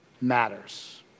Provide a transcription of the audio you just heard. matters